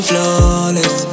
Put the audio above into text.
Flawless